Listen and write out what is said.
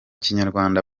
kinyarwanda